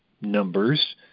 numbers